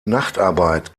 nachtarbeit